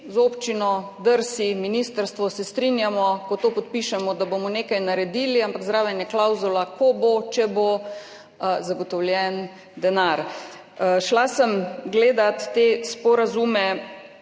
občina, DRSI, ministrstvo, se strinjamo, ko to podpišemo, da bomo nekaj naredili, ampak zraven je klavzula: ko bo, če bo zagotovljen denar. Šla sem gledat te sporazume,